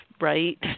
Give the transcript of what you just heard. right